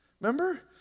Remember